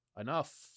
enough